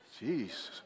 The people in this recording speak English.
Jeez